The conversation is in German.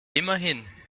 immerhin